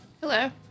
Hello